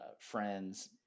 friends